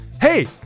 Hey